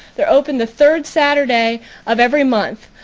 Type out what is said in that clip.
they're open the third saturday of every month.